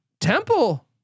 Temple